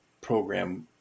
program